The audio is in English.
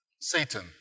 Satan